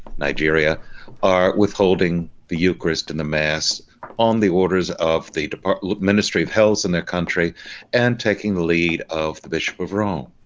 nigeria are withholding the eucharist in the mass on the orders of the department ministry of healths in their country and taking the lead of the bishop of rome.